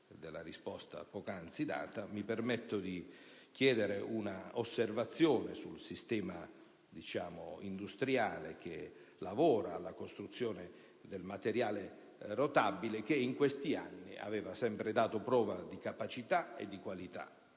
mi permetto di avanzare un'osservazione sul sistema industriale che lavora alla costruzione del materiale rotabile, che in questi anni aveva sempre dato prova di capacità e qualità